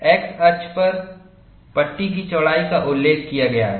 X अक्ष पर पट्टी की चौड़ाई का उल्लेख किया गया है